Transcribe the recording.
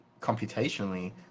computationally